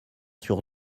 sur